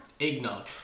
Eggnog